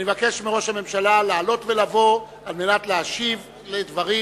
אני מבקש מראש הממשלה לעלות ולהשיב על הדברים,